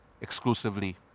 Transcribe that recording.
exclusively